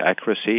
accuracy